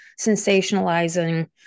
sensationalizing